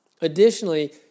Additionally